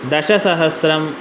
दशसहस्रम्